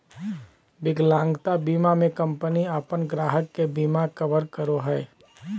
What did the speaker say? विकलांगता बीमा में कंपनी अपन ग्राहक के बिमा कवर करो हइ